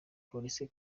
polisi